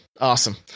awesome